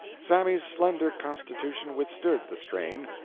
sammy's slender constitution withstood the strain.